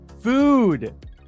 food